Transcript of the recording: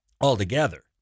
altogether